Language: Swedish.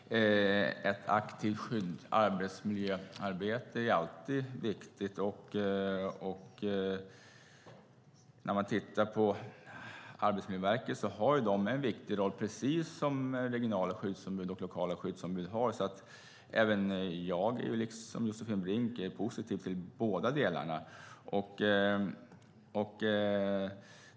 Fru talman! Ett aktivt arbetsmiljöarbete är alltid viktigt. Arbetsmiljöverket har en viktig roll precis som regionala och lokala skyddsombud. Jag är liksom Josefin Brink positiv till båda delarna.